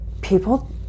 People